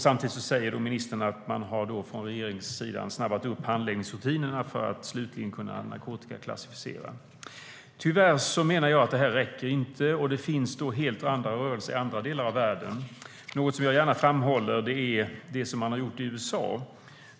Samtidigt säger ministern att man från regeringssidan snabbat upp handlingsrutinerna för att slutligen kunna narkotikaklassificera. Tyvärr räcker det inte, menar jag. Det finns helt andra rörelser i andra delar av världen. Något som jag gärna framhåller är det som man gjort i USA.